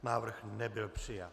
Návrh nebyl přijat.